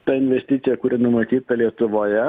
ta investicija kuri numatyta lietuvoje